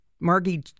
Margie